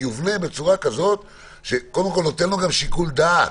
יובנה בצורה כזאת שקודם כול נותן לו גם שיקול דעת.